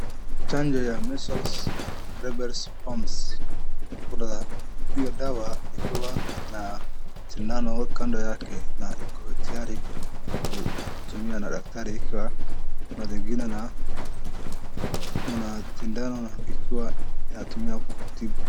Chanjo ya measles rubella mumps . Kuna hiyo dawa ikiwa na sindano kando yake na iko tayari kutumiwa na daktari, ikiwa na zingine na kuna sindano na ikiwa inatumiwa kutibu.